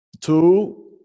Two